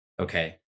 Okay